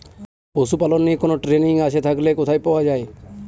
পশুপালন নিয়ে কোন ট্রেনিং আছে থাকলে কোথায় পাওয়া য়ায়?